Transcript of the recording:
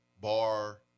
bar